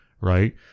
Right